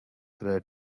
sound